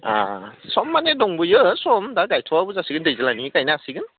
आ सम माने दंबावो सम दा गायथ'वाबाबो जासिगोन दैज्लांनि गायनो हासिगोन